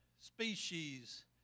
species